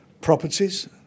properties